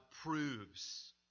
proves